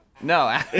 No